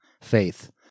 faith